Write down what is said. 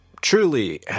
Truly